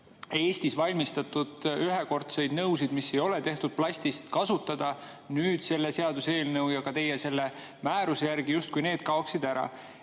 Eestis valmistatud ühekordseid nõusid, mis ei ole tehtud plastist. Nüüd selle seaduseelnõu ja ka teie määruse järgi justkui need kaoksid ära.